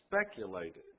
speculated